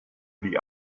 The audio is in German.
die